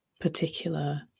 particular